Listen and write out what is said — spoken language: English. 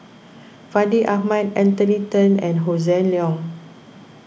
Fandi Ahmad Anthony then and Hossan Leong